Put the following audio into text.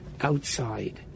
outside